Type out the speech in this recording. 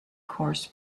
course